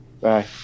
Bye